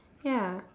ya